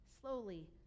slowly